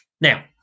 Now